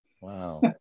wow